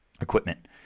equipment